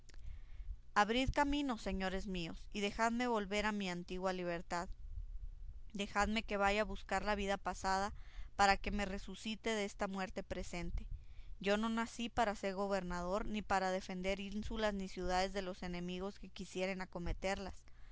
abrid camino señores míos y dejadme volver a mi antigua libertad dejadme que vaya a buscar la vida pasada para que me resucite de esta muerte presente yo no nací para ser gobernador ni para defender ínsulas ni ciudades de los enemigos que quisieren acometerlas